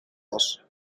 was